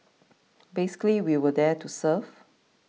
basically we were there to serve